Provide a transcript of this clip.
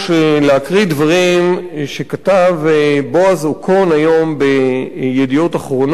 להקריא דברים שכתב בועז אוקון היום ב"ידיעות אחרונות",